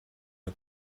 her